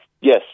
Yes